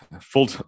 full